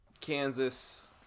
Kansas